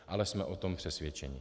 Ale jsme o tom přesvědčeni.